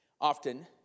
often